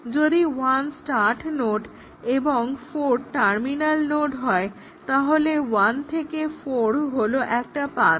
যদি 1 start node এবং 4 terminal node হয় 1 4 হলো একটা পাথ